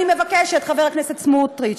אני מבקשת, חבר הכנסת סמוטריץ,